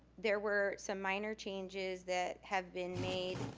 there were some minor changes that have been made,